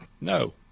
No